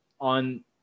on